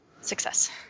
Success